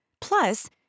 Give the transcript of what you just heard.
Plus